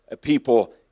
people